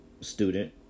student